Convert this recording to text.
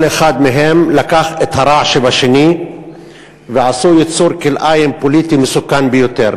כל אחד מהם לקח את הרע שבשני ועשו יצור כלאיים פוליטי מסוכן ביותר.